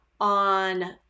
on